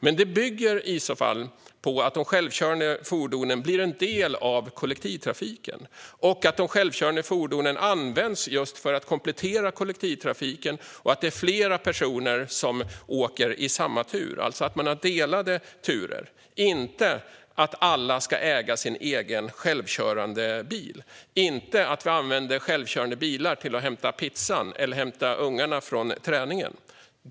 Men det bygger på att de självkörande fordonen blir en del av kollektivtrafiken och att de självkörande fordonen används just för att komplettera kollektivtrafiken samt att flera personer åker i samma tur, alltså att man har delade turer. Alla ska alltså inte äga sin egen självkörande bil, och vi ska inte använda självkörande bilar till att hämta pizzan eller till att hämta ungarna från träningen.